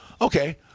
Okay